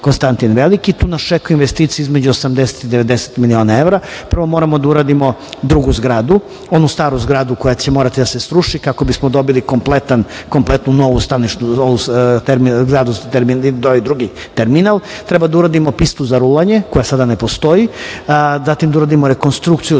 "Konstantin Veliki". Tu nas čekaju investicije između 80 i 90 miliona evra. Prvo moramo da uradimo drugu zgradu, onu staru zgradu koja će morati da se sruši, kako bismo dobili kompletno novu zgradu, kompletno drugi terminal, treba da uradimo pistu za rulanje, koja sada ne postoji, zatim da uradimo rekonstrukciju,